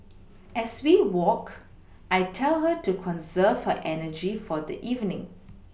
as we walk I tell her to conserve her energy for the evening